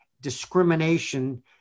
discrimination